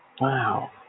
Wow